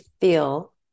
feel